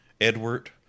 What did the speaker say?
Edward